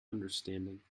understanding